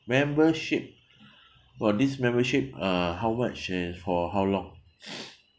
membership !wah! this membership uh how much and for how long